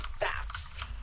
bats